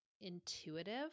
intuitive